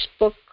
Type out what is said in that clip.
Facebook